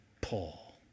Paul